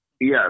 Yes